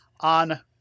on